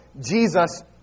Jesus